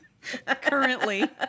currently